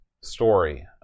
story